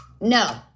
No